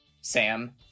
Sam